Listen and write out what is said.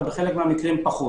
ובחלק מהמקרים פחות